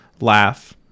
laugh